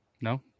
No